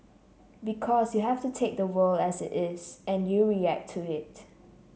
because you have to take the world as it is and you react to it